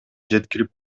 жеткирип